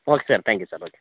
okay sir thank you sir okay